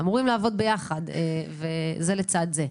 הם אמורים לעבוד ביחד זה לצד זה.